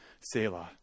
Selah